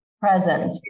present